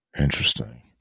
Interesting